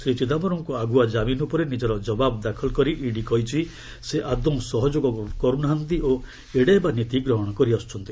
ଶ୍ରୀ ଚିଦାୟରମ୍ଙ୍କ ଆଗୁଆ ଜାମିନ୍ ଉପରେ ନିଜର ଜବାବ ଦାଖଲ କରି ଇଡି କହିଛି ସେ ଆଦୌ ସହଯୋଗ କରୁ ନାହାନ୍ତି ଓ ଏଡ଼େଇବା ନୀତି ଗ୍ରହଣ କରିଆସୁଛନ୍ତି